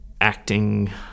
acting